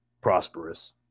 prosperous